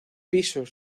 pisos